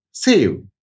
Save